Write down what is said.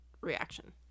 reaction